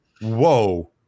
whoa